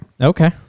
Okay